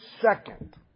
second